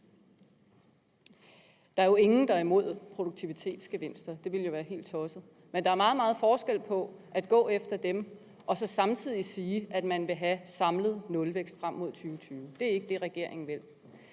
Der er jo ingen, der er imod produktivitetsgevinster. Det ville være helt tosset. Men der er meget, meget stor forskel på at gå efter dem og at sige, at man vil have samlet nulvækst frem mod 2020. Det er ikke det, regeringen vil.